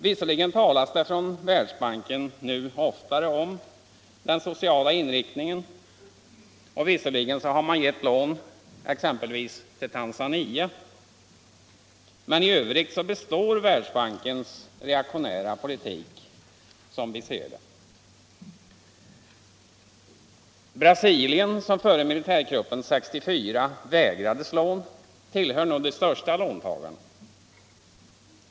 Visserligen talas det från Världsbanken nu oftare om den sociala inriktningen, och visserligen har man givit lån exempelvis till Tanzania, men i övrigt består Världsbankens reaktionära politik. Brasilien, som före militärkuppen 1964 vägrades lån, tillhör nu de största låntagarna.